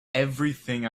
everything